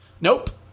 Nope